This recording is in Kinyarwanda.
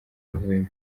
wavuyemo